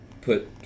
put